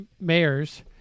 mayors